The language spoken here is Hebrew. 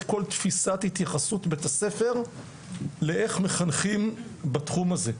כל תפיסת התייחסות בית הספר לאיך מחנכים בתחום הזה.